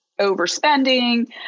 overspending